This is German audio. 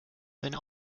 seine